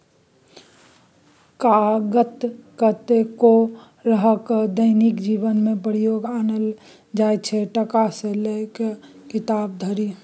कागत कतेको तरहक दैनिक जीबनमे प्रयोग आनल जाइ छै टका सँ लए कए किताब धरि